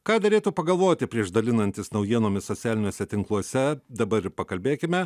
ką derėtų pagalvoti prieš dalinantis naujienomis socialiniuose tinkluose dabar ir pakalbėkime